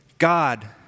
God